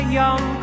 young